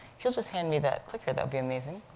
if you'll just hand me that clicker, that would be amazing.